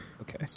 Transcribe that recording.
Okay